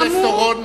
כאמור,